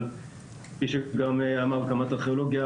אבל כפי שגם אמר קמ"ט הארכיאולוגיה,